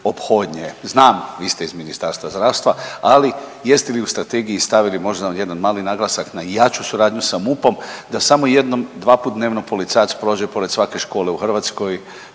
Znam vi ste iz Ministarstva zdravstva, ali jeste li u strategiji stavili možda jedan mali naglasak na jaču suradnju sa MUP-om da samo jednom, dvaput dnevno policajac prođe pored svake škole u Hrvatskoj,